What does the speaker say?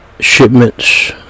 shipments